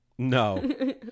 no